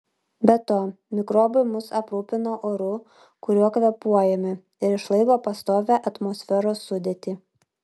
be to mikrobai mus aprūpina oru kuriuo kvėpuojame ir išlaiko pastovią atmosferos sudėtį